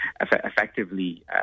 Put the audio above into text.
effectively